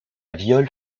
viole